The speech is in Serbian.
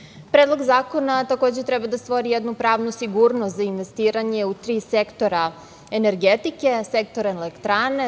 oblasti. Predlog zakona takođe treba da stvori jednu pravnu sigurnost za investiranje u tri sektora energetike, sektor elektrane,